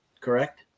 correct